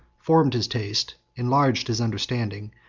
formed his taste, enlarged his understanding,